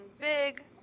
big